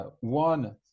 one